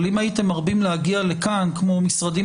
אבל אם הייתם מרבים להגיע לכאן כמו משרדים